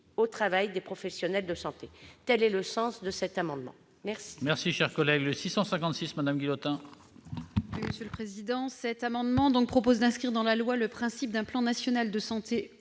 au travail des professionnels de santé. Tel est le sens de cet amendement.